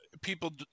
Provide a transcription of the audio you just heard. people